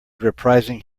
reprising